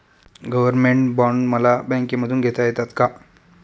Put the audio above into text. Government bond मला बँकेमधून घेता येतात का?